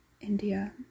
India